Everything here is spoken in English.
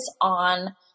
on